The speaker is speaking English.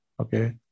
Okay